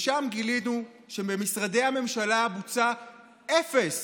ושם גילינו שבמשרדי הממשלה בוצעה אפס